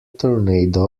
tornado